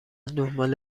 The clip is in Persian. دنبال